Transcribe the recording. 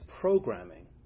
programming